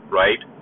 right